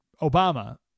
Obama